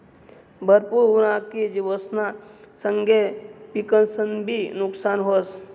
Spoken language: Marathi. पूर उना की जिवसना संगे पिकंसनंबी नुकसान व्हस